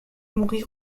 mourir